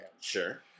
Sure